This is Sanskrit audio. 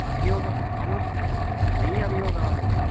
अभियोगः मम मयि अभियोगः आगतः